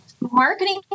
Marketing